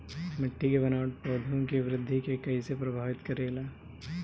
मिट्टी के बनावट पौधों की वृद्धि के कईसे प्रभावित करेला?